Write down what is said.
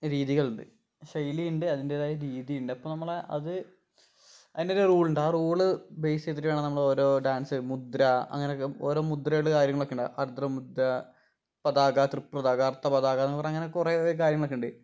രീതികൾ ഉണ്ട് ശൈലി ഉണ്ട് അതിൻ്റേതായ രീതി ഉണ്ട് അപ്പം നമ്മളത് അതിൻ്റൊര് റൂള് ഉണ്ട് ആ റൂള് ബേസ് ചെയ്തിട്ട് വേണം നമ്മള് ഓരോ ഡാൻസ് മുദ്ര അങ്ങനെ ഒക്കെ ഓരോ മുദ്രകള് കാര്യങ്ങൾ ഒക്കെ ഉണ്ട് അർദ്ധ മുദ്ര പതാക തൃപതാക അർദ്ധ പതാകന്നൊക്കെ പറഞ്ഞ അങ്ങനെ കുറേ കുറേ കാര്യങ്ങൾ ഒക്കെ ഉണ്ട്